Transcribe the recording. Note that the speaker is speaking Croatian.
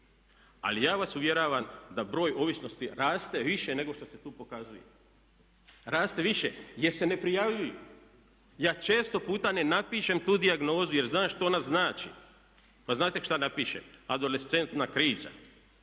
Ali ja vas uvjeravam da broj ovisnosti raste više nego što se tu pokazuje, raste više jer se ne prijavljuje. Ja često puta ne napišem tu dijagnozu jer znam šta ona znači. Pa znate šta napišem? Adolescentna kriza,